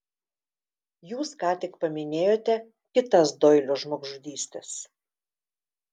jūs ką tik paminėjote kitas doilio žmogžudystes